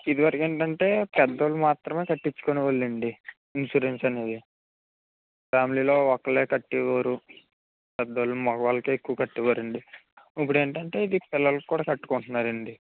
ఇదివరకు ఏంటంటే పెద్దోళ్ళు మాత్రమే కట్టించుకునే వాళ్ళండి ఇన్సూరెన్స్ అనేది ఫ్యామిలీలో ఒకళ్ళే కట్టేవారు పెద్దోళ్ళు మగవాళ్లకే ఎక్కువ కట్టేవారండి ఇప్పుడు ఏంటంటే ఇది పిల్లలకు కూడా కట్టుకుంటున్నారండి